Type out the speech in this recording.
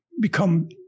become